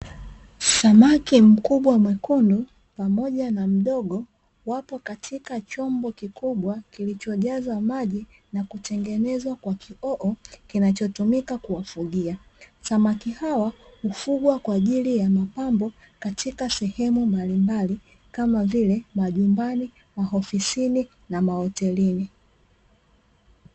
Samaki mkubwa mwekundu pamoja na mdogo wapo katika chombo kikubwa kilichojazwa maji na kutengenezwa kwa kioo kinachotumika kuwafugia. Samaki hawa hufugwa kwa ajili ya mapambo katika sehemu mbalimbali kama vile majumbani, maofisini na mahotelini.